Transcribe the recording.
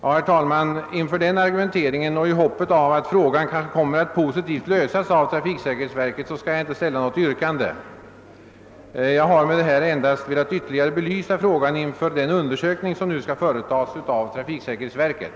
Med hänsyn till denna utskottets argumentering och i hoppet att frågan kanske kommer att positivt lösas av trafiksäkerhetsverket skall jag inte ställa något yrkande. Jag har med det anförda endast velat ytterligare belysa frågan inför den undersökning som nu skall företagas av trafiksäkerhetsverket.